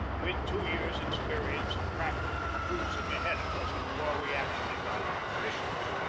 with two years' experience in practical cruising ahead of us before we actually got our commissions.